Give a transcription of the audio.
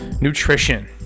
nutrition